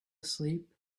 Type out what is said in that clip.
asleep